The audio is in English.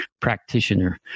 practitioner